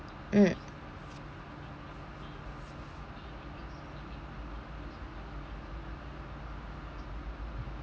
mm